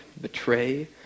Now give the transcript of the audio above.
betray